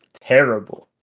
terrible